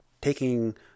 taking